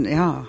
ja